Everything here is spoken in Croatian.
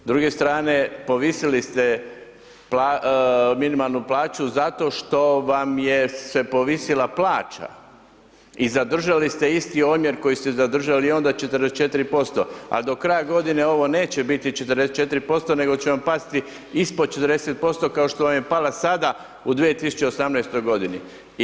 S druge strane povisili ste minimalnu plaću zato što vam je se povisila plaća i zadržali ste isti omjer koji ste zadržali onda 44% ali do kraja godine ovo neće biti 44% nego ćemo pasti ispod 40% kao što vam je pala sada u 2018. godini.